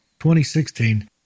2016